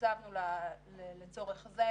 מתוקצב לצורך הזה,